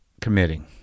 committing